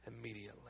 immediately